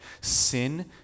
Sin